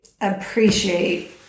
appreciate